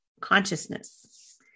consciousness